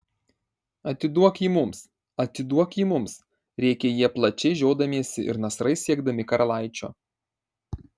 atiduok jį mums atiduok jį mums rėkė jie plačiai žiodamiesi ir nasrais siekdami karalaičio